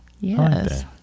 yes